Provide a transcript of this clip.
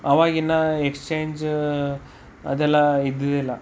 ಅವಾಗಿನ್ನು exchange ಅದೆಲ್ಲ ಇದ್ದಿದ್ದಿಲ್ಲ